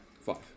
Five